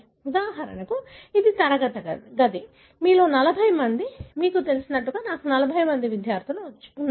ఉదాహరణకు ఇది తరగతి గది మీలో 40 మంది మీకు తెలిసినట్లుగా నాకు 40 మంది విద్యార్థులు ఉన్నారు